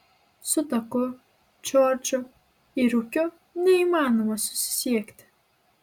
su taku džordžu ir ūkiu neįmanoma susisiekti